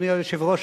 אדוני היושב-ראש,